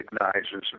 recognizes